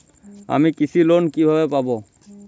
আমি কৃষি লোন কিভাবে পাবো?